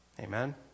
Amen